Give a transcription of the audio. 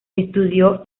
estudió